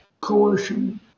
coercion